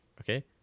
Okay